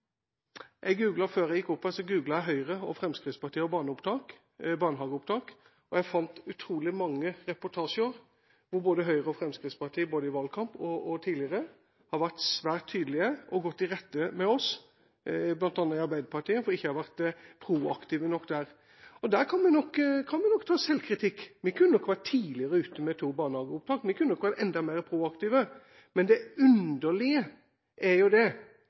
Før jeg gikk opp her googlet jeg Høyre, Fremskrittspartiet og barnehageopptak. Jeg fant utrolig mange reportasjer hvor både Høyre og Fremskrittspartiet både i valgkampen og tidligere har vært svært tydelige og gått i rette med bl.a. oss i Arbeiderpartiet for ikke å ha vært proaktive nok der. Der kan vi nok ta selvkritikk. Vi kunne nok vært tidligere ute med to barnehageopptak, og vi kunne nok ha vært enda mer proaktive. Det underlige er